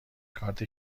کارت